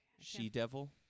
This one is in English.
She-Devil